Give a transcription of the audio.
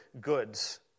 goods